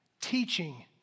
teaching